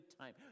time